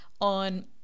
on